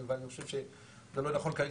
אני חושב שזה לא נכון כרגע,